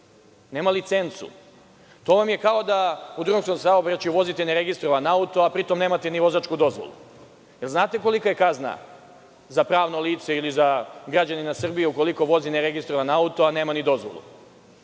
nema licencu. To vam je kao da u drumskom saobraćaju vozite ne registrovan auto, a pri tom nemate vozačku dozvolu. Znate li kolika je kazna za pravno lice ili za građanina Srbije ukoliko vozi ne registrovan auto, a nema ni dozvolu?